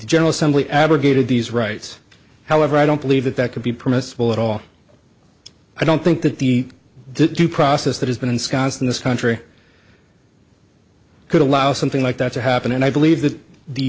general assembly abrogated these rights however i don't believe that that could be permissible at all i don't think that the due process that has been ensconced in this country could allow something like that to happen and i believe that the